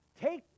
take